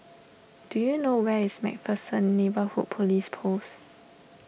do you know where is MacPherson Neighbourhood Police Post